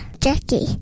Jackie